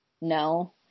no